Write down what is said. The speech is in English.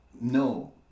no